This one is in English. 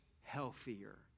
healthier